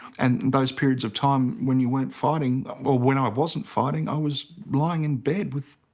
and those periods of time when you weren't fighting, or when i wasn't fighting, i was lying in bed with